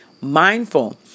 mindful